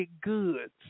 goods